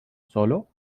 solo